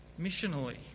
missionally